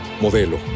Modelo